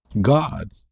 God